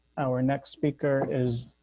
our next speaker is